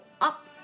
up